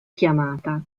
chiamata